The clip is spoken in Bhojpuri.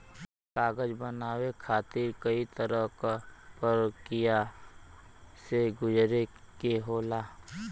कागज बनाये खातिर कई तरह क परकिया से गुजरे के होला